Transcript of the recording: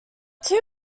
two